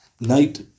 night